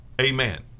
amen